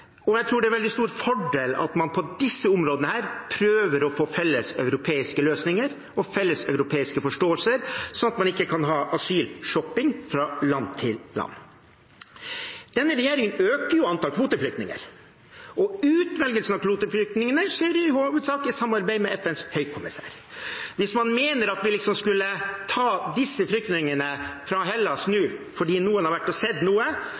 og jeg tror at det er en veldig stor fordel at man på disse områdene prøver å få felles europeiske løsninger og felles europeiske forståelser, sånn at man ikke kan ha «asylshopping» fra land til land. Denne regjeringen øker jo antallet kvoteflyktninger, og utvelgelsen av kvoteflyktningene skjer i hovedsak i samarbeid med FNs høykommissær. Hvis man mener at vi liksom skulle ta disse flyktningene fra Hellas nå fordi noen har vært og sett noe,